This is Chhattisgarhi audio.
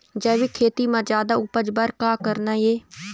जैविक खेती म जादा उपज बर का करना ये?